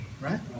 right